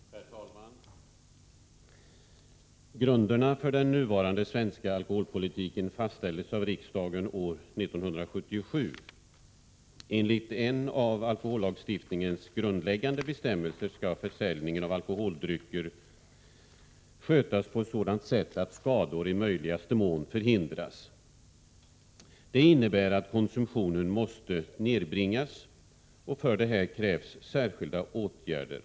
Herr talman! Grunderna för den nuvarande svenska alkoholpolitiken fastställdes av riksdagen år 1977. Enligt en av alkohollagstiftningens grundläggande bestämmelser skall försäljningen av alkoholdrycker skötas på ett sådant sätt att skador i möjligaste mån förhindras. Det innebär att konsumtionen måste nedbringas, och för det krävs särskilda åtgärder.